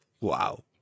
Wow